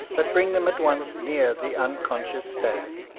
but bring them at once near the unconscious stag.